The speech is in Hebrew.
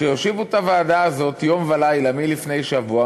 שיושיבו את הוועדה הזאת יום ולילה מלפני שבוע,